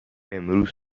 امروز